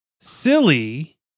silly